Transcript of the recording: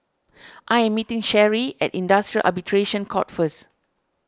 I am meeting Cherry at Industrial Arbitration Court first